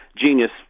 genius